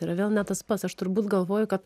yra vėl ne tas pats aš turbūt galvoju kad